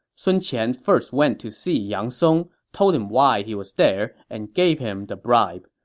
sun qian first went to see yang song, told him why he was there, and gave him the bribe.